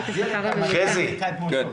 להחזיר את המצב לקדמותו.